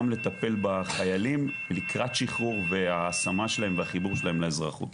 לטפל בחיילים לקראת שחרור והשמה שלהם והחיבור שלהם לאזרחות.